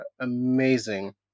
amazing